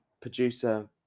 producer